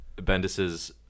bendis's